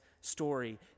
story